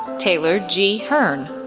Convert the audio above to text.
taylor g. hearn,